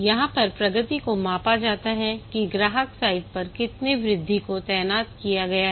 यहां पर प्रगति को मापा जाता है कि ग्राहक साइट पर कितने वृद्धि को तैनात किया गया है